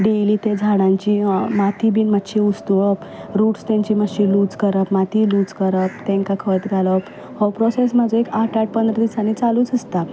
daily ते झाडांची माती बी मातशी उस्तूवप रूट्स तेंचे मातशे लूज करप माती लूज करप तांकां खत घालप हो प्रोसेस म्हाजो एक आठ आठ पंदरा दिसांनी चालूच आसता